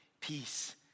peace